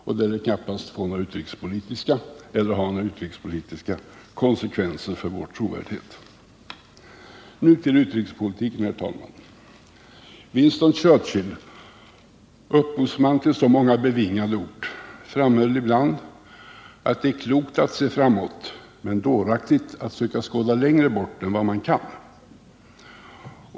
Det lär knappast ha några utrikespolitiska konsekvenser med avseende på vår trovärdighet. Nu till utrikespolitiken, herr talman! Winston Churchill, upphovsman till så många bevingade ord, framhöll ibland att det är klokt att se framåt men dåraktigt att försöka skåda längre bort än man kan.